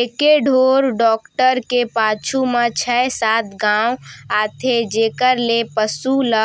एके ढोर डॉक्टर के पाछू म छै सात गॉंव आथे जेकर ले पसु ल